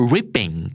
Ripping